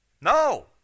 No